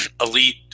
elite